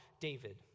David